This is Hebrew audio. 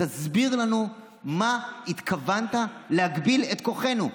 תסביר לנו מה התכוונת "להגביל את כוחנו"?